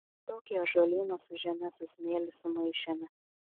tokį ąžuolyną su žeme su smėliu sumaišėme